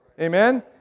Amen